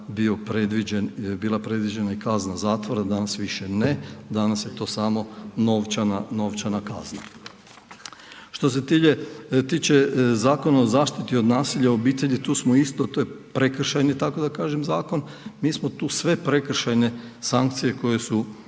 bila predviđena i kazna zatvora, danas više ne. Danas je to samo novčana kazna. Što se tiče Zakona o zaštiti od nasilja u obitelji, to je prekršajni tako da kažem zakon. Mi smo tu sve prekršajne sankcije koje su predviđene